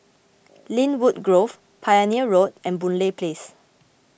Lynwood Grove Pioneer Road and Boon Lay Place